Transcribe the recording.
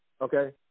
okay